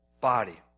body